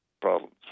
problems